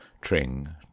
tring